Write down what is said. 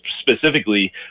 specifically